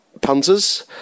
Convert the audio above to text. punters